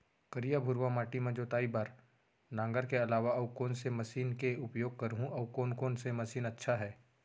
करिया, भुरवा माटी म जोताई बार नांगर के अलावा अऊ कोन से मशीन के उपयोग करहुं अऊ कोन कोन से मशीन अच्छा है?